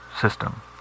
system